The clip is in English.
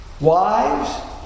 wives